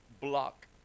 block